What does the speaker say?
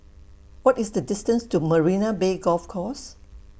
What IS The distance to Marina Bay Golf Course